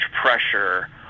pressure